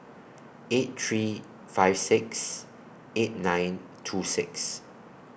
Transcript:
eight three five six eight nine two six